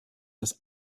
das